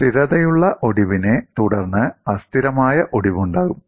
സ്ഥിരതയുള്ള ഒടിവിനെ തുടർന്ന് അസ്ഥിരമായ ഒടിവുണ്ടാകും